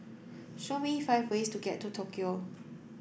show me five ways to get to Tokyo